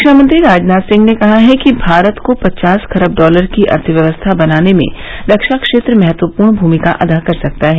रक्षामंत्री राजनाथ सिंह ने कहा है कि भारत को पचास खरब डॉलर की अर्थव्यवस्था बनाने में रक्षा क्षेत्र महत्वपूर्ण भूमिका अदा कर सकता है